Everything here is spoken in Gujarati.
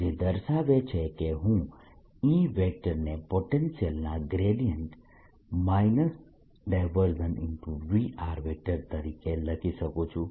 જે દર્શાવે છે કે હું E ને પોટેન્શિયલના ગ્રેડિયન્ટ V તરીકે લખી શકું છું